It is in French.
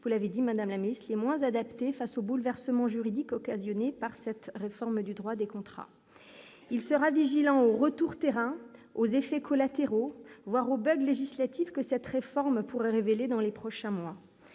vous l'avez dit Madame et ce qui est moins adapté face au bouleversement juridique occasionnés par cette réforme du droit des contrats, il sera vigilant au retour terrain aux effets collatéraux voire législatif que cette réforme pour révéler dans les prochains mois